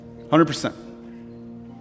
100%